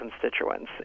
constituents